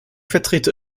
vertrete